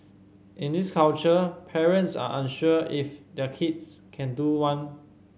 in this culture parents are unsure if their kids can do one